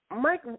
Mike